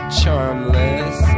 charmless